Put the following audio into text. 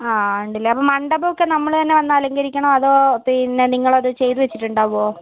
ആ ഉണ്ടല്ലേ അപ്പോൾ മണ്ഡപമൊക്കെ മ്മൾ തന്നെ വന്ന് അലങ്കരിക്കണോ അതോ പിന്നെ നിങ്ങൾ അത് ചെയ്ത് വെച്ചിട്ടുണ്ടാവുവോ